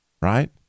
right